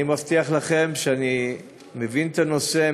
אני מבטיח לכם שאני מבין את הנושא,